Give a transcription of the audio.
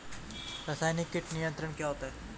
रसायनिक कीट नियंत्रण क्या होता है?